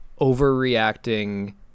overreacting